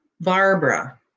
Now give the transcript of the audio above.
Barbara